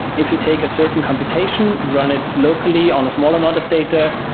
if you take a certain computation, run it locally on a small amount of data,